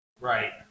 Right